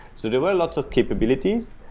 so there were lots of capabilities,